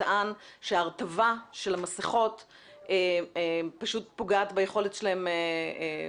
וטען שהרטבה של המסכות פשוט פוגעת ביכולת שלהן להגן.